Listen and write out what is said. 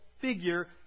figure